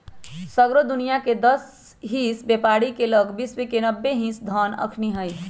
सगरो दुनियाँके दस हिस बेपारी के लग विश्व के नब्बे हिस धन अखनि हई